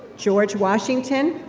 george washington,